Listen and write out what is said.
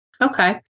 Okay